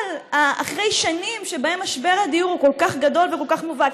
אחרי שנים שבהם משבר הדיור כל כך גדול וכל כך מובהק,